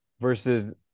versus